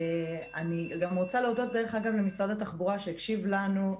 אני גם רוצה להודות למשרד התחבורה שהקשיב לנו,